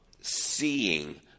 seeing